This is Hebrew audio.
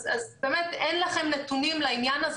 אז באמת אין לכם נתונים לעניין הזה